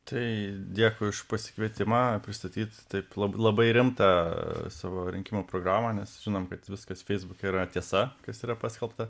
tai dėkui už pasikvietimą pristatyt taip lab labai rimtą savo rinkimų programą nes žinom kad viskas feisbuke yra tiesa kas yra paskelbta